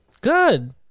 Good